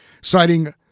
citing